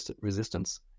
resistance